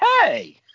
hey